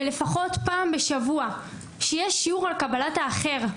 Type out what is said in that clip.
לפחות פעם בשבוע, שיהיה שיעור על קבלת האחר.